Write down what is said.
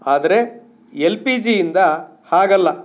ಆದರೆ L P ಜಿಯಿಂದ ಹಾಗಲ್ಲ